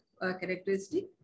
characteristic